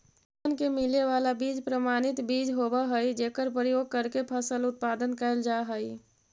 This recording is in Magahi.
किसान के मिले वाला बीज प्रमाणित बीज होवऽ हइ जेकर प्रयोग करके फसल उत्पादन कैल जा हइ